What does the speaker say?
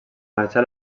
marxà